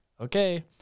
okay